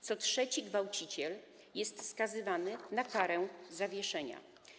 Co trzeci gwałciciel jest skazywany na karę w zawieszeniu.